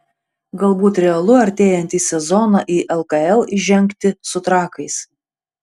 galbūt realu artėjantį sezoną į lkl įžengti su trakais